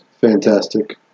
Fantastic